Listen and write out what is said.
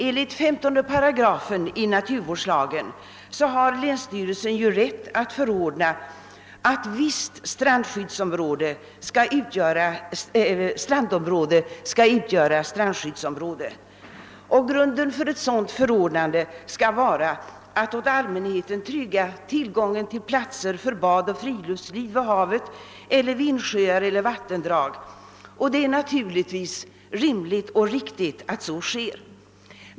Enligt 15 8 i naturvårdslagen har länsstyrelse rätt att förordna att visst strandområde skall utgöra strandskyddsområde. Grunden för ett sådant förordnande skall vara att åt allmänheten trygga tillgången på platser för bad och friluftsliv vid havet, insjöar och vattendrag, och det är naturligtvis rimligt och riktigt att så sker.